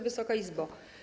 Wysoka Izbo!